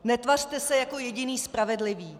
Netvařte se jako jediný spravedlivý.